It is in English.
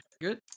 Good